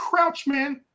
Crouchman